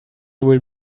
will